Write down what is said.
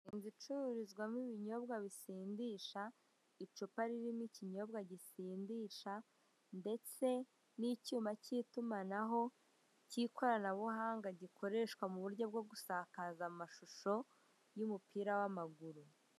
Inzu icururizwamo ibinyobwa bisindisha icupa ririmo ikinyobwa gisindisha ndetse n'icyuma k'itumanaho k'ikoranabuhanga gikoreshwa mu buryo gusakaza amashusho y'umupira w'amaguru.